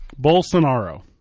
Bolsonaro